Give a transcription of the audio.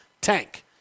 Tank